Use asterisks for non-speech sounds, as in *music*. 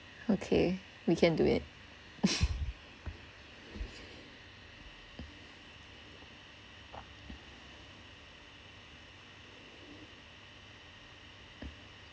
okay we can do it *laughs*